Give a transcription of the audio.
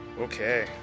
Okay